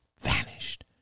vanished